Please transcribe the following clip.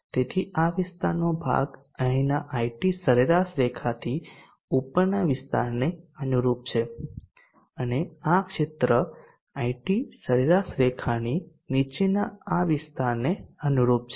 તેથી આ વિસ્તારનો ભાગ અહીંના IT સરેરાશ રેખાથી ઉપરના વિસ્તારને અનુરૂપ છે અને આ ક્ષેત્ર IT સરેરાશ રેખાની નીચેના આ વિસ્તારને અનુરૂપ છે